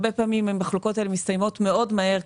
הרבה פעמים המחלוקות האלה מסתיימות מאוד מהר,